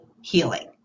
healing